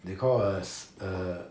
they call as uh